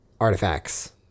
artifacts